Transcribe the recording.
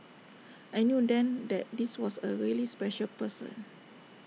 I knew then that this was A really special person